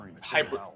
hyper